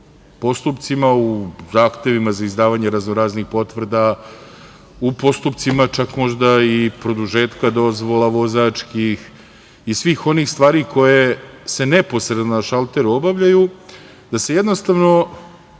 postupcima, u zahtevima za izdavanje raznoraznih potvrda, u postupcima čak možda i produžetka dozvola vozačkih i svih onih stvari koje se neposredno na šalteru obavljaju, da se u potpunosti